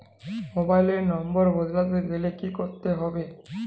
Mobile number বদলাতে গেলে কি করতে হবে?